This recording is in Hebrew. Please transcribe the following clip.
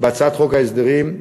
בהצעת חוק ההסדרים,